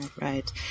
right